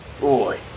Boy